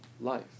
life